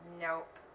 nope